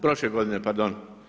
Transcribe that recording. Prošle godine, pardon.